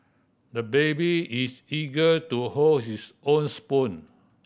the baby is eager to hold his own spoon